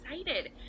excited